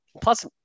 Plus